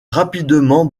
rapidement